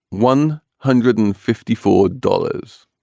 one hundred and fifty four dollars,